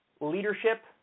leadership